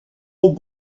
est